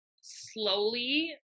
slowly